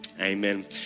Amen